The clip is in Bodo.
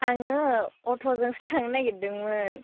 आङो अट'जोंसो थांनो नागिरदोंमोन